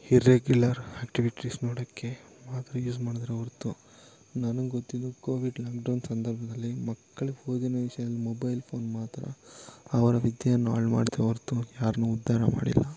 irregular activities ನೋಡೋಕ್ಕೆ ಮಾತ್ರ use ಮಾಡಿದ್ರೆ ಹೊರ್ತು ನನಗೆ ಗೊತ್ತಿದೆ ಕೋವಿಡ್ ಲಾಕ್ಡೌನ್ ಸಂದರ್ಭದಲ್ಲಿ ಮಕ್ಕಳ ಓದಿನ ವಿಷಯಲ್ ಮೊಬೈಲ್ ಫೋನ್ ಮಾತ್ರ ಅವರ ವಿದ್ಯೆಯನ್ನು ಹಾಳ್ ಮಾಡಿತೇ ಹೊರ್ತು ಯಾರ್ನೂ ಉದ್ದಾರ ಮಾಡಿಲ್ಲ